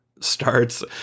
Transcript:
starts